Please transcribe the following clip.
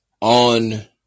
on